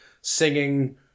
singing